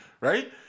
right